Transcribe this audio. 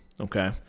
okay